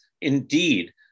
Indeed